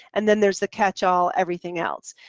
and then there's a catch-all, everything else.